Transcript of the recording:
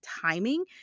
timing